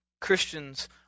christians